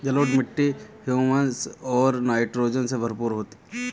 जलोढ़ मिट्टी हृयूमस और नाइट्रोजन से भरपूर होती है